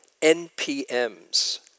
NPMs